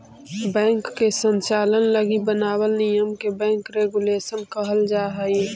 bank के संचालन लगी बनावल नियम के बैंक रेगुलेशन कहल जा हइ